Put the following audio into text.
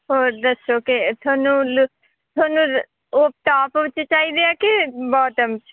ਹੋਰ ਦੱਸੋ ਕਿ ਤੁਹਾਨੂੰ ਤੁਹਾਨੂੰ ਉਹ ਟੋਪ ਵਿੱਚ ਚਾਹੀਦੇ ਆ ਕਿ ਬੋਟਮ 'ਚ